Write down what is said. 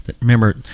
Remember